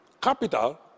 Capital